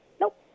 Nope